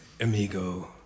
amigo